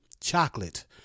chocolate